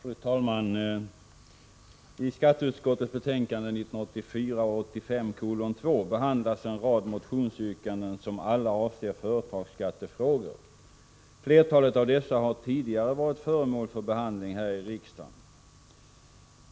Fru talman! I skatteutskottets betänkande 1984/85:2 behandlas en rad motionsyrkanden som alla avser företagsskattefrågor. Flertalet av dessa har tidigare varit föremål för behandling här i riksdagen.